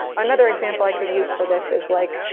another example i could use for this is like,